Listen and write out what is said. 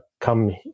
come